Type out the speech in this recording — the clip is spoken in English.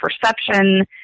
perception